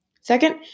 Second